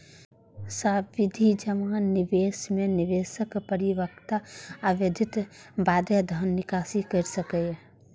सावधि जमा निवेश मे निवेशक परिपक्वता अवधिक बादे धन निकासी कैर सकैए